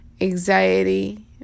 anxiety